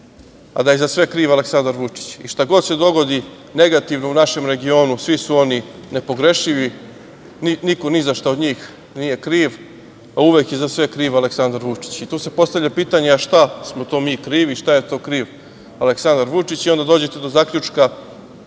a da je za sve kriv Aleksandar Vučić. I šta god se dogodi negativno u našem regionu, svi su oni nepogrešivi, niko ni za šta od njih nije kriv, a uvek je za sve kriv Aleksandar Vučić. Tu se postavlja pitanje - a šta smo to mi krivi, šta je to kriv Aleksandar Vučić? Onda dođete do zaključka